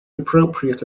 appropriate